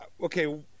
okay